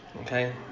Okay